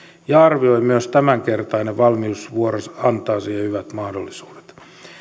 ja arvioi että myös tämänkertainen valmiusvuoro antaa siihen hyvät mahdollisuudet